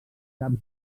caps